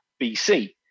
BC